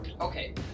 Okay